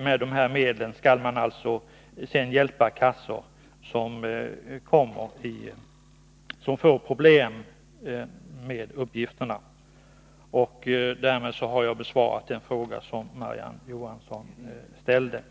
Med de här medlen skall man sedan hjälpa kassor som får problem med uppgifterna. Därmed har jag besvarat den fråga som Marie-Ann Johansson ställde.